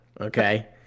Okay